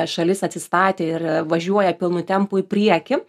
šalis atsistatė ir važiuoja pilnu tempu į priekį